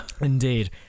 Indeed